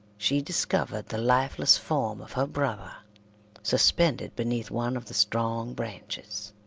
she discovered the lifeless form of her brother suspended beneath one of the strong branches.